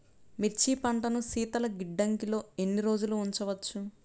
మిర్చి పంటను శీతల గిడ్డంగిలో ఎన్ని రోజులు ఉంచవచ్చు?